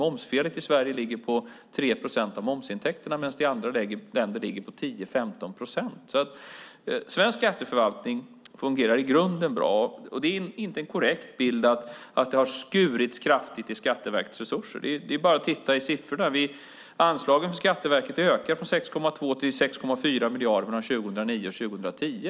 Momsfelet i Sverige ligger på 3 procent av momsintäkterna medan det i andra länder ligger på 10-15 procent. Så svensk skatteförvaltning fungerar i grunden bra. Det är inte en korrekt bild att det har skurits kraftigt i Skatteverkets resurser. Det är bara att titta på siffrorna. Anslaget till Skatteverket har ökat från 6,2 miljarder till 6,4 miljarder mellan 2009 och 2010.